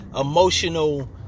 emotional